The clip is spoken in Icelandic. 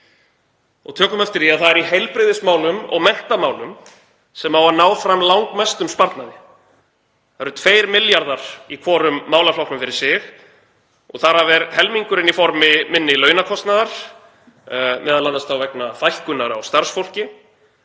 Tökum eftir að það er í heilbrigðismálum og menntamálum sem á að ná fram langmestum sparnaði, um 2 milljörðum í hvorum málaflokknum fyrir sig og þar af er helmingurinn í formi minni launakostnaðar, m.a. vegna fækkunar á starfsfólki.